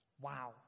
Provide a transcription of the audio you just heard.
Wow